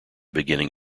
beginning